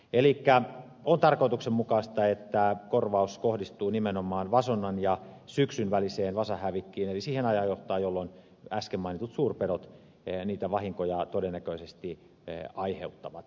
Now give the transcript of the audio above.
elikkä on tarkoituksenmukaista että korvaus kohdistuu nimenomaan vasonnan ja syksyn väliseen vasahävikkiin eli siihen ajankohtaan jolloin äsken mainitut suurpedot niitä vahinkoja todennäköisesti aiheuttavat